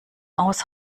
aus